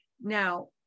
Now